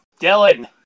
Dylan